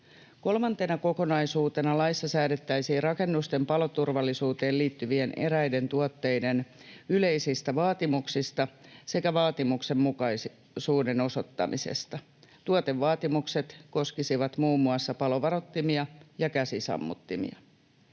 Kolmantena kokonaisuutena laissa säädettäisiin rakennusten paloturvallisuuteen liittyvien eräiden tuotteiden yleisistä vaatimuksista sekä vaatimuksenmukaisuuden osoittamisesta. Tuotevaatimukset koskisivat muun muassa palovaroittimia ja käsisammuttimia.